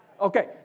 Okay